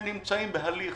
הם נמצאים בהליך